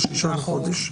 ב-6 בחודש.